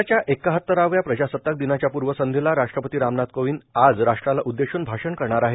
देशाच्या एकाहतराव्या प्रजासताक दिनाच्या पूर्वसंध्येला राष्ट्रपती रामनाथ कोविंद आज राष्ट्राला उददेशून भाषण करणार आहेत